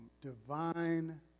divine